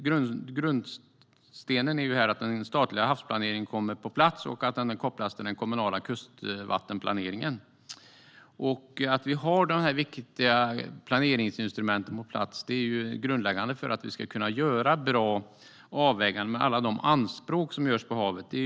Grundstenen här är att den statliga havsplaneringen kommer på plats och kopplas till den kommunala kustvattenplaneringen. Att vi har dessa viktiga planeringsinstrument på plats är grundläggande för att vi ska kunna göra bra avvägningar mellan alla de anspråk som görs på havet.